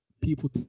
people